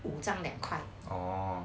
五张两块